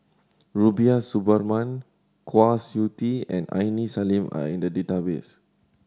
Rubiah Suparman Kwa Siew Tee and Aini Salim are in the database